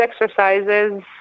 exercises